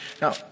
Now